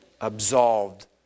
absolved